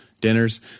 dinners